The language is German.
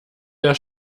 der